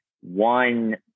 one